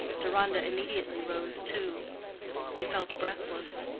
deronda immediately rose too he felt breathless.